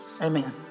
Amen